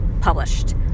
published